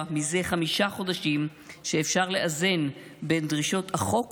מזה חמישה חודשים שאפשר לאזן בין דרישות החוק